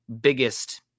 biggest